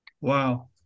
Wow